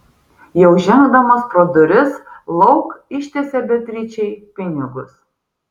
jau žengdamas pro duris lauk ištiesė beatričei pinigus